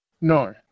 No